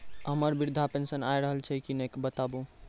हमर वृद्धा पेंशन आय रहल छै कि नैय बताबू?